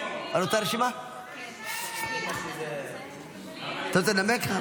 אתה רוצה לנמק?